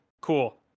cool